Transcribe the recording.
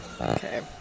Okay